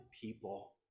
people